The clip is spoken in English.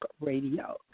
Radio